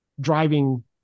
driving